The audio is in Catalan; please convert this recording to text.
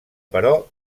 però